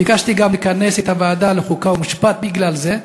ביקשתי גם לכנס את ועדת החוקה, חוק ומשפט בגלל זה,